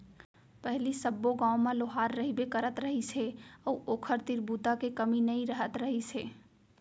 पहिली सब्बो गाँव म लोहार रहिबे करत रहिस हे अउ ओखर तीर बूता के कमी नइ रहत रहिस हे